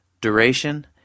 duration